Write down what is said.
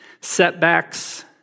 setbacks